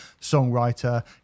songwriter